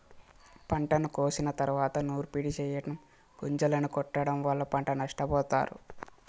పంటను కోసిన తరువాత నూర్పిడి చెయ్యటం, గొంజలను కొట్టడం వల్ల పంట నష్టపోతారు